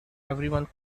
everyone